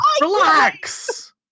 Relax